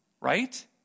Right